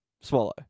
swallow